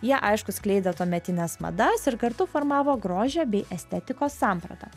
jie aišku skleidė tuometines madas ir kartu formavo grožio bei estetikos sampratą